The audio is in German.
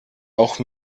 auch